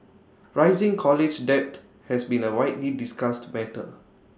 rising college debt has been A widely discussed matter